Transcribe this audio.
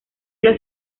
los